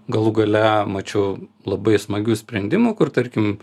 galų gale mačiau labai smagių sprendimų kur tarkim